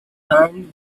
hand